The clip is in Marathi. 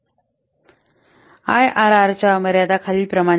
आयआरआरच्या मर्यादा खालीलप्रमाणे आहेत